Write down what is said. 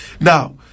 Now